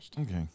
Okay